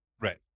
right